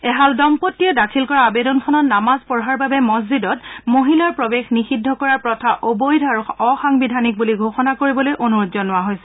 এহাল দম্পতিয়ে দাখিল কৰা আবেদনখনত নামাজ পঢ়াৰ বাবে মছজিদত মহিলাৰ প্ৰৱেশ নিষিদ্ধ কৰাৰ প্ৰথা অবৈধ আৰু অসাংবিধানিক বুলি ঘোষণা কৰিবলৈ অনূৰোধ জনোৱা হৈছে